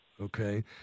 Okay